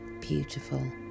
beautiful